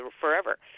forever